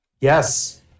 Yes